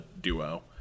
duo